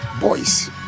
boys